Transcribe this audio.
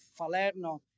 falerno